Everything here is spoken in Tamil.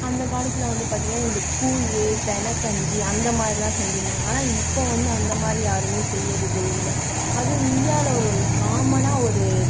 அந்த காலத்தில் வந்து பார்த்தீங்கன்னா இந்த கூழு தெணை கஞ்சி அந்த மாதிரிலாம் செஞ்சிருந்தாங்க ஆனால் இப்போ வந்து அந்த மாதிரி யாருமே செய்யறதே இல்லை அதுவும் இந்தியாவில் ஒரு காமனாக ஒரு